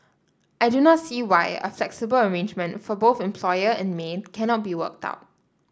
I do not see why a flexible arrangement for both employer and maid cannot be worked out